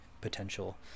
potential